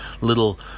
little